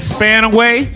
Spanaway